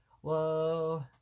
whoa